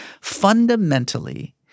fundamentally